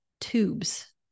tubes